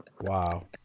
Wow